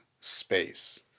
space